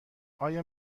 آیا